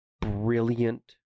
brilliant